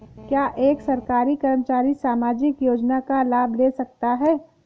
क्या एक सरकारी कर्मचारी सामाजिक योजना का लाभ ले सकता है?